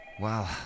Wow